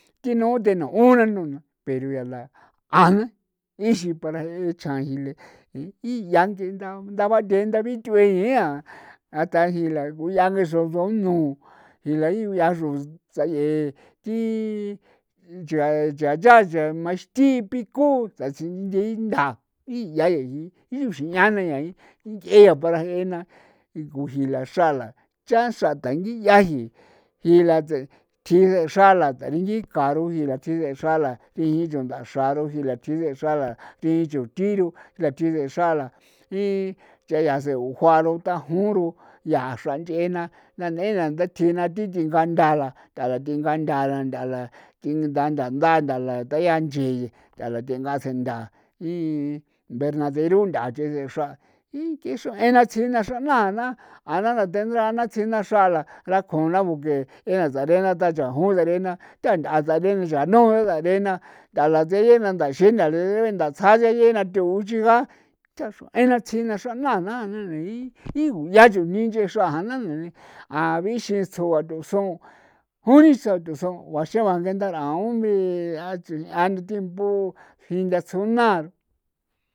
Thinu de nu'u nanu na pero yaa la a na nixin para je'e chjan ji'i le iyaa le nda bathe'e nda bithu'e yea ata jii la ko ya jixradu' u nu ila saye'e thi chia chia yaa chia maxti picu satsiin inchin nthaa iya yii ye'a para je'e na ko ji'i la xraa la para je'e na cha xra tangi'a ji'i jilathe'e thi de'e xra lantha thi de'e xra la thi xuthi ru thi de'e xra la icha ya si ujua'ara udajon ru yaa xra nche'e na na'i na ndache na thi tii ngaa ntha la para tii ngaa nthaa la thi nga nthaa la nthaa thi 'ian nchi para tii nga nthaa la nthaa la para thengaa seen ntha thi invernadero ntha thi de'e ikexruin na tsina xraa na ja'an na thentha'ana tsina xra la rakjuuna bu ke na je'e sereena ta chajon sereena kanda'a serena ncha kanda sayeena ndaxii ntha tsja siayee na thuuchiga xru'ina tsi na xraa na i gu'a chujni nche'e xraa ja'ana na ni a bixin tsjo aro son ju'uni xaroson ngaxon genda raon are tiempo jinda tsjo na.